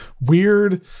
weird